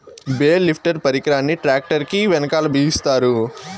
bale lifter పరికరాన్ని tractor కీ వెనకాల బిగిస్తారు